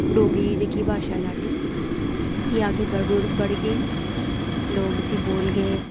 डोगरी जेह्की भाशा साड्ढी एह् अग्गें बड़ू बढ़गी लोक इसी बोलगे